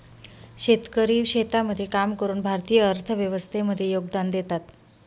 शेतकरी शेतामध्ये काम करून भारतीय अर्थव्यवस्थे मध्ये योगदान देतात